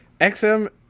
XM